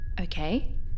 Okay